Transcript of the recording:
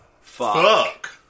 fuck